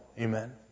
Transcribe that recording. Amen